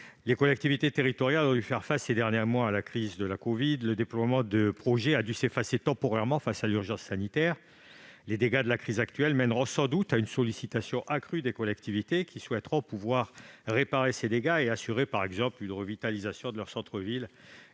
Les collectivités territoriales ont dû faire face ces derniers mois à la crise de la Covid. Le déploiement des projets a dû s'effacer temporairement face à l'urgence sanitaire. Les dégâts de la crise actuelle mèneront sans doute à une sollicitation accrue des collectivités, qui souhaiteront les réparer et assurer, par exemple, une revitalisation de leur centre-ville,